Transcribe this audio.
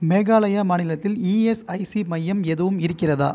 மேகாலயா மாநிலத்தில் இஎஸ்ஐசி மையம் எதுவும் இருக்கிறதா